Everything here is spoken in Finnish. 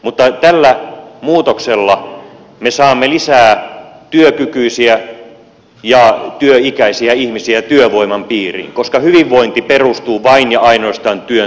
mutta tällä muutoksella me saamme lisää työkykyisiä ja työikäisiä ihmisiä työvoiman piiriin koska hyvinvointi perustuu vain ja ainoastaan työn tekemiseen